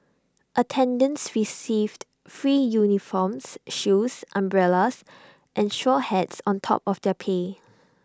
attendants received free uniforms shoes umbrellas and straw hats on top of their pay